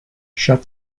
shut